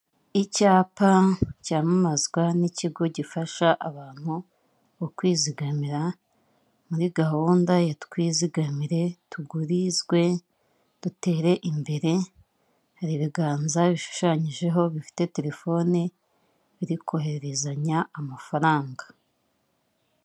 Icyapa cyamamazwa n'ikigo gifasha abantu ukwizigamira muri gahunda ya twizigamire, tugurizwe dutere imbere hari, ibiganza bishushanyijeho bifite telefoni, biri kohererezanya amafaranga.